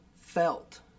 felt